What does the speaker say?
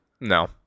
No